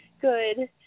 good